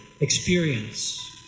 experience